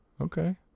okay